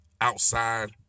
Outside